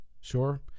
sure